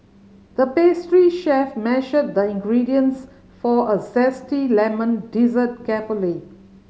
the pastry chef measured the ingredients for a zesty lemon dessert carefully